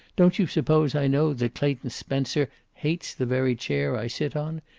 don't you suppose i know that clayton spencer hates the very chair i sit on?